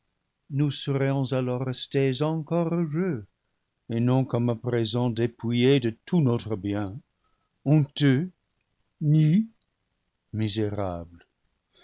nous serions alors restés encore heureux et non comme à présent dépouillés de tout notre bien honteux nus misérables